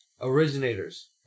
Originators